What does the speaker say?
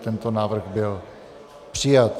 Tento návrh byl přijat.